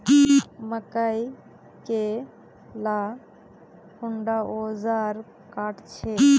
मकई के ला कुंडा ओजार काट छै?